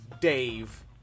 dave